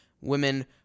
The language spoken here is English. women